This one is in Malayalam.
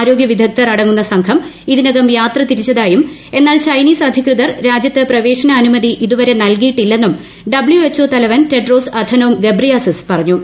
ആരോഗ്യ വിദഗ്ദ്ധർ അടങ്ങുന്ന സംഘം ഇതിനകം യാത്ര തിരിച്ചതായും എന്നാൽ ചൈനീസ് അധികൃതർ രാജ്യത്ത് പ്രവേശന അനുമതി ഇതുവരെ നൽകിയിട്ടില്ലെന്നും ഡബ്ല്യൂ എച്ച് ഒ തലവൻ ടെഡ്രോസ് അഥനോം ഗബ്രിയാസിസ് പറഞ്ഞു